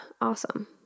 awesome